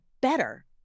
better